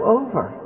over